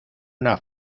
una